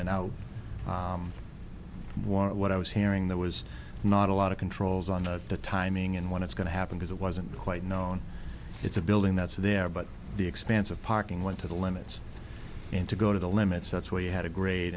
and out what i was hearing there was not a lot of controls on the timing and when it's going to happen because it wasn't quite known it's a building that's there but the expanse of parking went to the limits and to go to the limits that's where you had a gr